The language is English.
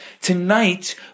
Tonight